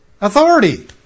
Authority